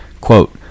quote